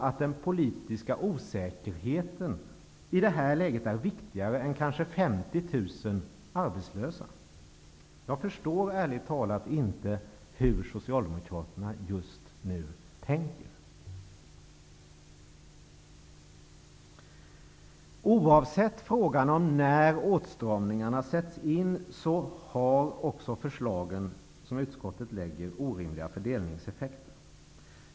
Är den politiska osäkerheten i det här läget verkligen viktigare än kanske 50 000 arbetslösa? Jag förstår ärligt talat inte hur Socialdemokraterna just nu tänker. Oavsett frågan om när åtstramningarna sätts in har utskottets förslag orimliga fördelningseffekter.